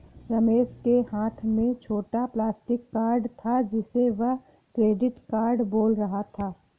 रमेश के हाथ में छोटा प्लास्टिक कार्ड था जिसे वह क्रेडिट कार्ड बोल रहा था